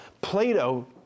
Plato